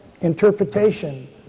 interpretation